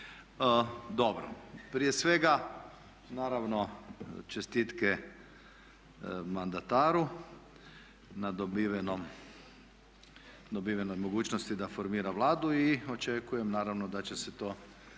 kluba. Prije svega, naravno čestitke mandataru, na dobivenoj mogućnosti da formira Vladu i očekujem naravno da će se to i desiti